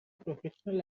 professional